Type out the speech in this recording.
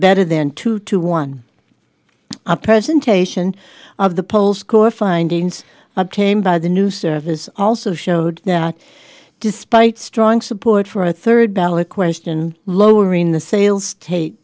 better than two to one a presentation of the polls core findings obtained by the new service also showed that despite strong support for a third ballot question lowering the sales ta